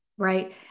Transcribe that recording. right